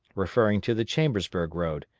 referring to the chambersburg road,